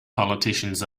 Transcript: politicians